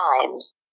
times